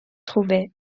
trouvaient